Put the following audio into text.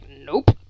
nope